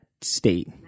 state